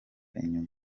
inyuma